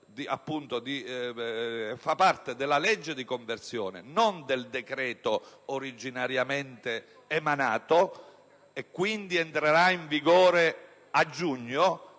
contenuta nella legge di conversione e non nel decreto-legge originariamente emanato, e quindi entrerà in vigore a giugno,